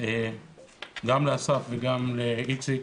גם לאסף וגם לאיציק,